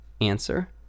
Answer